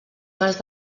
cas